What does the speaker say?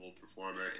performer